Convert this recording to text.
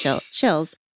Chills